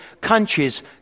countries